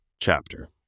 chapter